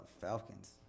Falcons